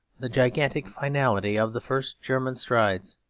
the gigantic finality of the first german strides.